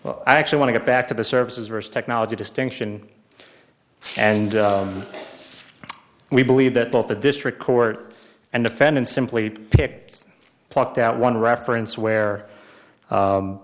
well i actually want to go back to the services first technology distinction and we believe that both the district court and defendant simply picked plucked out one reference where